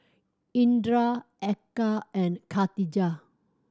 Indra Eka and Katijah